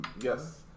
Yes